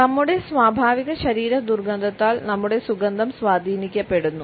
നമ്മുടെ സ്വാഭാവിക ശരീര ദുർഗന്ധത്താൽ നമ്മുടെ സുഗന്ധം സ്വാധീനിക്കപ്പെടുന്നു